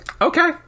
okay